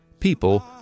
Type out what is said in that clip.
People